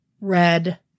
Red